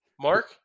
Mark